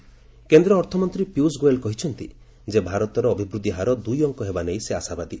Goyal growth rate କେନ୍ଦ୍ର ଅର୍ଥମନ୍ତ୍ରୀ ପିୟୃଷ ଗୋଏଲ କହିଛନ୍ତି ଯେ ଭାରତର ଅଭିବୃଦ୍ଧି ହାର ଦୁଇ ଅଙ୍କ ହେବା ନେଇ ସେ ଆଶାବାଦୀ